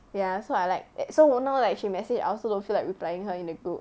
ya so I like that so hor now like she message I also don't feel like replying her in the group